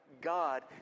God